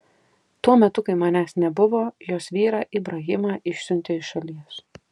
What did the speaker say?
tuo metu kai manęs nebuvo jos vyrą ibrahimą išsiuntė iš šalies